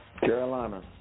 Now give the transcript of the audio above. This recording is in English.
Carolina